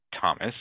Thomas